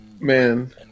Man